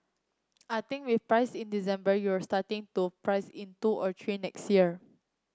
I think we've priced in December you're starting to price in two or three next year